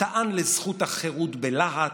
טען לזכות החירות בלהט,